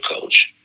coach